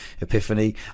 epiphany